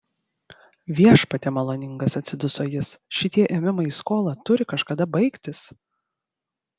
viešpatie maloningas atsiduso jis šitie ėmimai į skolą turi kažkada baigtis